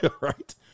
right